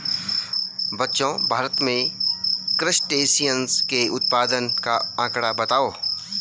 बच्चों भारत में क्रस्टेशियंस के उत्पादन का आंकड़ा बताओ?